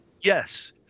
Yes